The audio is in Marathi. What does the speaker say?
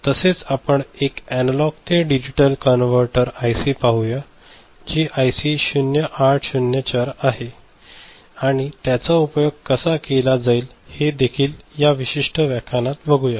तसेच आपण एक एनालॉग ते डिजिटल कन्व्हर्टर आयसी पाहूया आयसी 0804 आणि त्याचा उपयोग कसा केला जाईल हे देखील या विशिष्ट व्याख्यानात बघूया